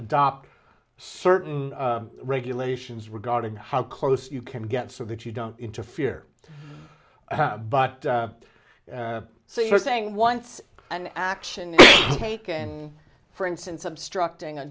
adopt certain regulations regarding how close you can get so that you don't interfere but so you're saying once an action is taken for instance obstructing